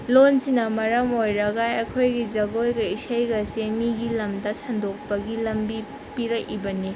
ꯂꯣꯟꯁꯤꯅ ꯃꯔꯝ ꯑꯣꯏꯔꯒ ꯑꯩꯈꯣꯏꯒꯤ ꯖꯒꯣꯏꯒ ꯏꯁꯩꯒꯁꯤ ꯃꯤꯒꯤ ꯂꯝꯗ ꯁꯟꯗꯣꯛꯄꯒꯤ ꯂꯝꯕꯤ ꯄꯤꯔꯛꯏꯕꯅꯤ